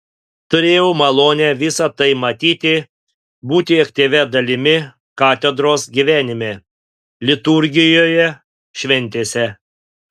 turėjau malonę visa tai matyti būti aktyvia dalimi katedros gyvenime liturgijoje šventėse